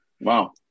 Wow